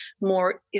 more